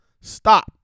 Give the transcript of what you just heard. Stop